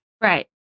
Right